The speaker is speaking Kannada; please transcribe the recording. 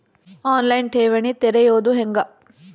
ಆನ್ ಲೈನ್ ಠೇವಣಿ ತೆರೆಯೋದು ಹೆಂಗ?